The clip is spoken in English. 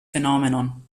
phenomenon